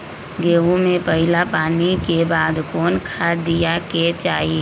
गेंहू में पहिला पानी के बाद कौन खाद दिया के चाही?